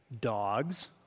dogs